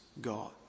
God